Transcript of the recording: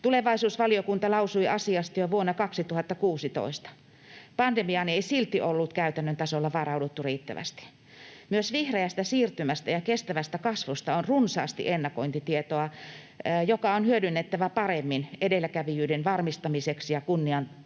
Tulevaisuusvaliokunta lausui asiasta jo vuonna 2016. Pandemiaan ei silti ollut käytännön tasolla varauduttu riittävästi. Myös vihreästä siirtymästä ja kestävästä kasvusta on runsaasti ennakointitietoa, joka on hyödynnettävä paremmin edelläkävijyyden varmistamiseksi ja kunnianhimon tason